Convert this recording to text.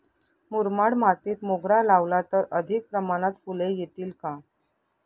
मुरमाड मातीत मोगरा लावला तर अधिक प्रमाणात फूले येतील का?